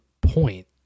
point